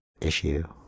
...issue